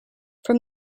from